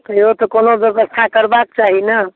यौ तऽ कोनो ब्यबस्था करबाके चाही ने